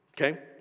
Okay